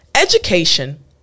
Education